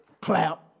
clap